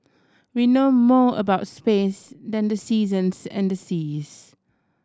we know more about space than the seasons and the seas